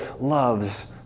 loves